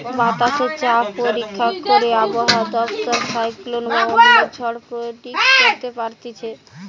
বাতাসে চাপ পরীক্ষা করে আবহাওয়া দপ্তর সাইক্লোন বা অন্য ঝড় প্রেডিক্ট করতে পারতিছে